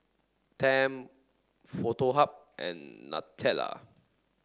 Tempt Foto Hub and Nutella